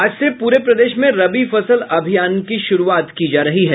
आज से पूरे प्रदेश में रबी फसल अभियान की शुरूआत की जा रही है